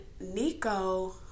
Nico